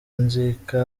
inzika